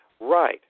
right